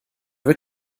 wird